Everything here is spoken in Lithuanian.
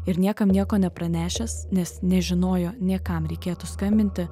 ir niekam nieko nepranešęs nes nežinojo nė kam reikėtų skambinti